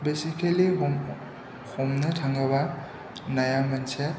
basically हमनो थाङोबा नाया मोनसे